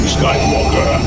Skywalker